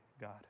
god